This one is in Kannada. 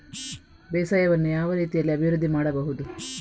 ಬೇಸಾಯವನ್ನು ಯಾವ ರೀತಿಯಲ್ಲಿ ಅಭಿವೃದ್ಧಿ ಮಾಡಬಹುದು?